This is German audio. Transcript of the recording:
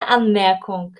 anmerkung